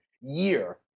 year